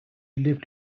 lived